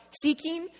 seeking